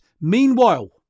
Meanwhile